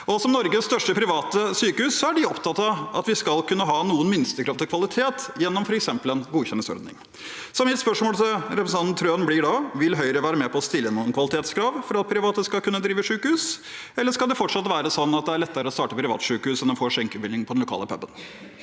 Som Norges største private sykehus er de opptatt av at vi skal kunne ha noen minstekrav til kvalitet gjennom f.eks. en godkjenningsordning. Mitt spørsmål til representanten Trøen blir da: Vil Høyre være med på å stille noen kvalitetskrav for at private skal kunne drive sykehus, eller skal det fortsatt være sånn at det er lettere å starte privatsykehus enn å få skjenkebevilling på den lokale puben?